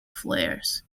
flares